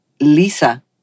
Lisa